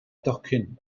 docyn